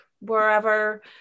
wherever